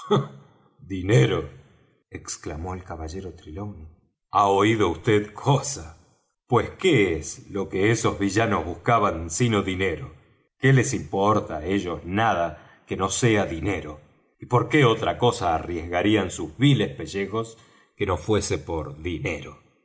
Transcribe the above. dinero exclamó el caballero trelawney ha oído vd cosa pues qué es lo que esos villanos buscaban sino dinero qué les importa á ellos nada que no sea dinero y por qué otra cosa arriesgarían sus viles pellejos que no fuese por dinero